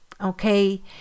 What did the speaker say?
okay